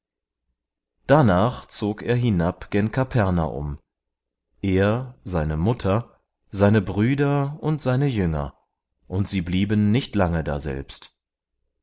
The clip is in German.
darnach zog er hinab gen kapernaum er seine mutter seine brüder und seine jünger und sie blieben nicht lange daselbst